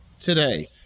today